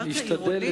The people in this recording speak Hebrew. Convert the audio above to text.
קרקע עירונית,